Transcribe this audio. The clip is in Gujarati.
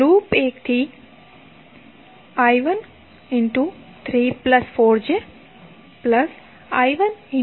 લૂપ 1 થી I13 j4 I13 j4 − I23 j4 415∠120◦ i